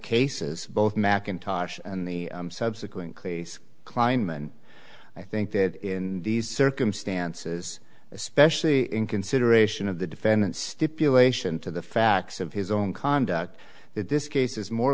cases both mackintosh and the subsequent case kleinman i think that in these circumstances especially in consideration of the defendant stipulation to the facts of his own conduct that this case is more